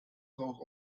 rauch